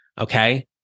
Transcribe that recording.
okay